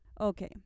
Okay